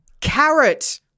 Carrot